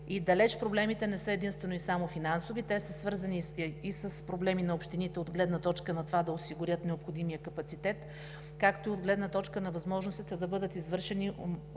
и проблемите далеч не са единствено и само финансови – те са свързани и с проблеми на общините, от гледна точка на това да осигурят необходимия капацитет, както и от гледна точка на възможностите да бъдат извършени